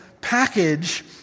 package